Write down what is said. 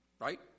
Right